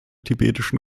tibetischen